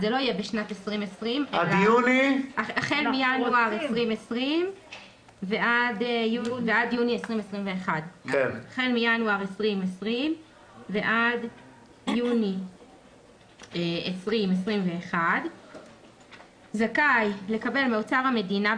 זה לא יהיה בשנת 2020 אלא החל מינואר 2020 ועד יוני 2021. "...החל מינואר 2020 ועד יוני 2021 זכאי לקבל מאוצר המדינה,